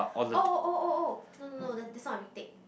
oh oh oh oh no no no the that's not a retake